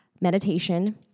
meditation